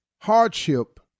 hardship